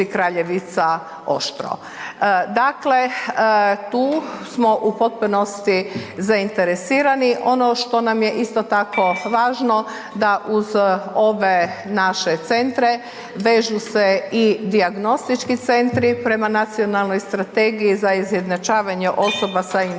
Kraljevica Oštro. Dakle, tu smo u potpunosti zainteresirani ono što nam je isto tako važno da uz ove naše centre vežu se i dijagnostički centri prema nacionalnoj strategiji za izjednačavanje osoba se invaliditetom,